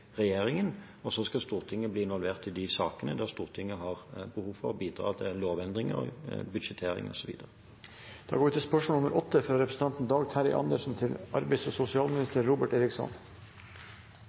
regjeringen, og så skal Stortinget bli involvert i de sakene der Stortinget har behov for å bidra til lovendringer, budsjettering